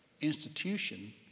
institution